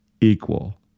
equal